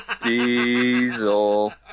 diesel